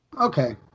Okay